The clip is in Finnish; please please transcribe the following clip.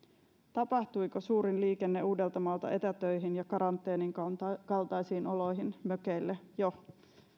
tapahtuiko suurin liikenne uudeltamaalta etätöihin ja karanteenin kaltaisiin oloihin mökeille jo